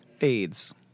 AIDS